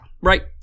Right